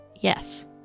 Yes